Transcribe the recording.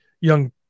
young